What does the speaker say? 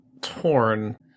torn